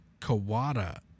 Kawada